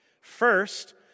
First